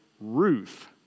Ruth